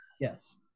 Yes